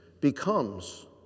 becomes